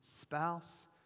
spouse